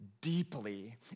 deeply